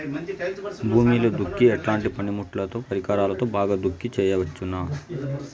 భూమిలో దుక్కి ఎట్లాంటి పనిముట్లుతో, పరికరాలతో బాగా దుక్కి చేయవచ్చున?